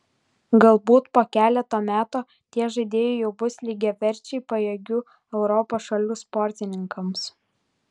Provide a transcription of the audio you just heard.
galbūt po keleto metų tie žaidėjai jau bus lygiaverčiai pajėgių europos šalių sportininkams